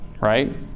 right